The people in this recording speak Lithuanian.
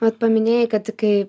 bet paminėjai kad kai